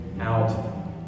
out